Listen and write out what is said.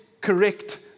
correct